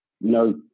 no